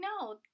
no